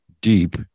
deep